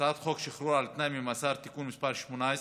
הצעת חוק שחרור על תנאי ממאסר (תיקון מס' 18)